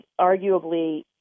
arguably